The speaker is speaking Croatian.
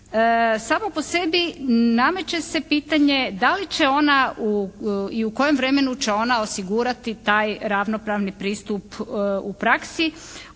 samo po sebi nameće se pitanje da li će ona i u kojem vremenu će ona osigurati taj ravnopravni pristup u praksi